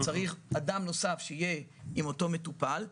צריך אדם נוסף שיהיה עם אותו מטופל,